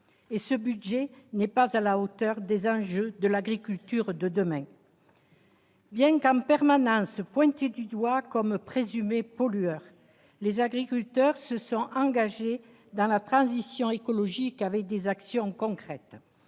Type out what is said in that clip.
et ce budget n'est pas à la hauteur des enjeux de l'agriculture de demain. Bien qu'ils soient en permanence pointés du doigt comme de « présumés pollueurs », les agriculteurs se sont engagés dans la transition écologique en menant des actions concrètes.